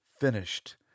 finished